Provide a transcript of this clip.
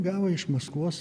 gavo iš maskvos